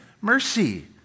mercy